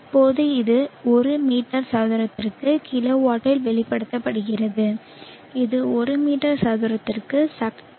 இப்போது இது ஒரு மீட்டர் சதுரத்திற்கு கிலோவாட்டில் வெளிப்படுத்தப்படுகிறது இது ஒரு மீட்டர் சதுரத்திற்கு சக்தி